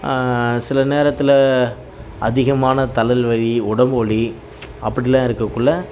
சில நேரத்தில் அதிகமான தலல்வழி உடம்பு வலி அப்படிலாம் இருக்கக்குள்ள